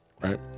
Right